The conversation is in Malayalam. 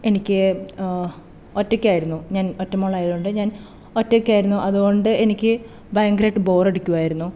എനിക്ക് ഒറ്റയ്ക്കായിരുന്നു ഞാൻ ഒറ്റ മോൾ ആയതുകൊണ്ട് ഞാൻ ഒറ്റയ്ക്കായിരുന്നു അതുകൊണ്ട് എനിക്ക് ഭയങ്കരമായിട്ട് ബോറടിക്കുവായിരുന്നു